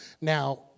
Now